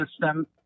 system